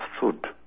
food